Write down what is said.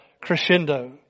crescendo